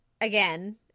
again